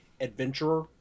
Adventurer